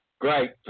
Great